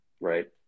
right